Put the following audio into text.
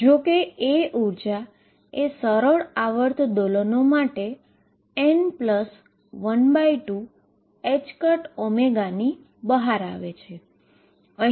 જો કે એનર્જી એ હાર્મોનીક ઓસ્સિલેટર માટે n12ℏω ની બહાર આવે છે